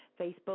Facebook